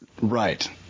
Right